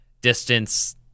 distance